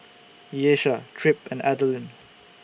Ieshia Tripp and Adalyn